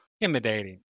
intimidating